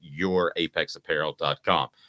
yourapexapparel.com